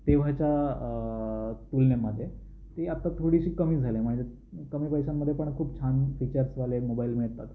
तेव्हाच्या तुलनेमध्ये ती आत्ता थोडीशी कमी झाली आहे म्हणजे कमी पैश्यांमध्ये पण खूप छान फीचर्सवाले मोबाईल मिळतात